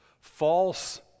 false